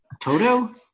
Toto